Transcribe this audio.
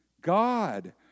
God